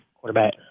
quarterback